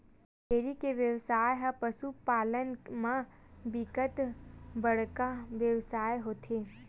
dairy के बेवसाय ह पसु पालन म बिकट बड़का बेवसाय होथे